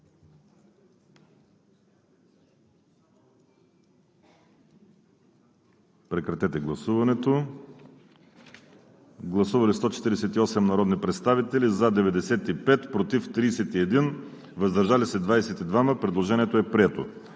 3, който става § 4. Гласували 139 народни представители: за 92, против 35, въздържали се 12. Предложението е прието.